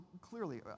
clearly